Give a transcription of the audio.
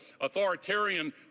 authoritarian